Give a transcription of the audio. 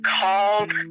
called